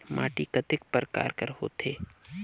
माटी कतेक परकार कर होथे?